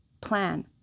plan